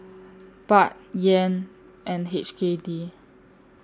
Baht Yen and H K D